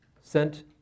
sent